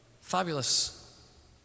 fabulous